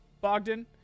Bogdan